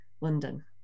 London